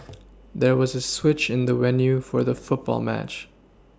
there was a switch in the venue for the football match